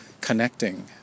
connecting